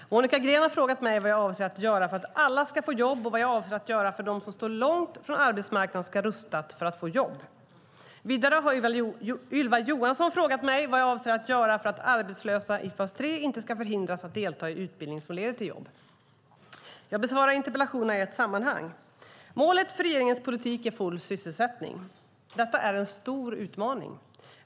Herr talman! Monica Green har frågat mig vad jag avser att göra för att alla ska få jobb och vad jag avser att göra för att de som står långt från arbetsmarknaden ska rustas för att få jobb. Vidare har Ylva Johansson frågat mig vad jag avser att göra för att arbetslösa i fas 3 inte ska förhindras att delta i utbildning som leder till jobb. Jag besvarar interpellationerna i ett sammanhang. Målet för regeringens politik är full sysselsättning. Detta är en stor utmaning.